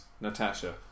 Natasha